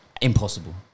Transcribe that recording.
Impossible